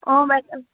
অঁ বাইদেউ